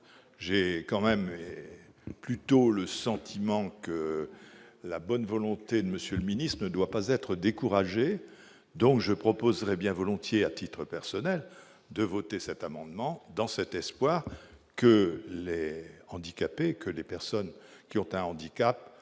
j'ai quand même, j'ai plutôt le sentiment que la bonne volonté de Monsieur le Ministre de doit pas être découragé donc je proposerais bien volontiers à titre personnel de voter cet amendement dans cet espoir que Les handicapés que les personnes qui ont un handicap